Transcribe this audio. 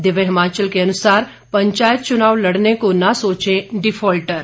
दिव्य हिमाचल के अनुसार पंचायत चुनाव लड़ने की न सोचें डिफाल्टर